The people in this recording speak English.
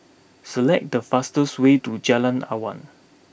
select the fastest way to Jalan Awan